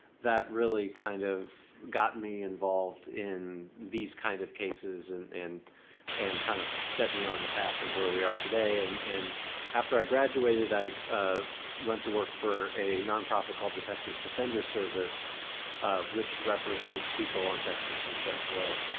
that really kind of got me involved in these kind of cases and and and kind of set me on the path of where we are today. and after i graduated, i ah went to work for a nonprofit called the texas defender service which represents people on texas' death row.